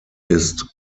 ist